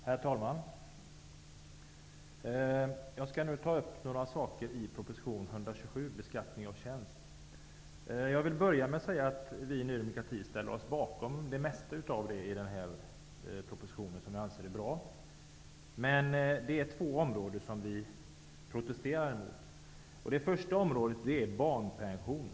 Herr talman! Jag skall ta upp några frågor i proposition 1992/93:127 om beskattning av tjänst. Jag vill börja med att säga att vi i Ny demokrati ställer oss bakom det mesta i propostionen, som vi anser är bra. Det finns emellertid två områden som vi protesterar emot. Det första området gäller barnpension.